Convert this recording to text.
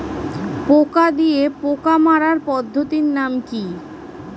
পোকা দিয়ে পোকা মারার পদ্ধতির নাম কি?